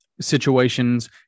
situations